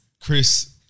Chris